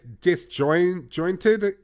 disjointed